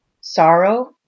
Sorrow